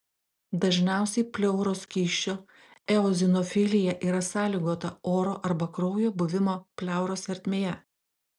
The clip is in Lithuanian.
dažniausiai pleuros skysčio eozinofilija yra sąlygota oro arba kraujo buvimo pleuros ertmėje